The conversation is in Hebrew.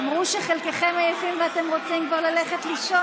אמרו שחלקכם עייפים ואתם רוצים כבר ללכת לישון,